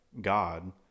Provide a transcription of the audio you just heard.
God